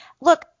Look